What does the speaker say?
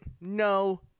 No